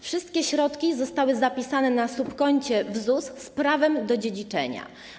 Wszystkie środki zostały zapisane na subkoncie w ZUS z prawem do dziedziczenia.